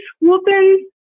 whooping